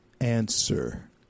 answer